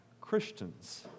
Christians